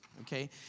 Okay